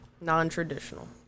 Non-traditional